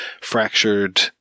fractured